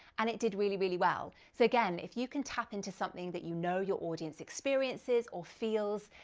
and it did really, really well. so again, if you can tap into something that you know your audience experiences or feels,